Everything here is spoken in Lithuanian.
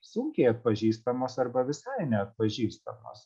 sunkiai atpažįstamos arba visai neatpažįstamos